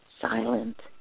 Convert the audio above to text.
silent